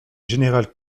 général